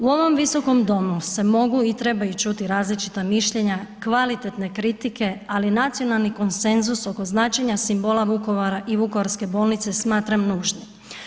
U ovom Visokom domu se mogu i trebaju čuti različita mišljenja, kvalitetne kritike, ali nacionalni konsenzus oko značenja simbola Vukovara i vukovarske bolnice smatram nužnim.